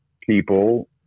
people